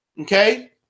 okay